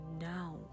now